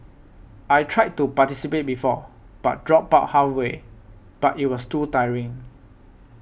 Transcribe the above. I tried to participate before but dropped but halfway but it was too tiring